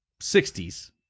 60s